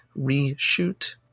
Reshoot